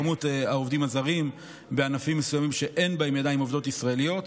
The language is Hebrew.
העובדים הזרים בענפים מסוימים שאין בהם ידיים עובדות ישראליות.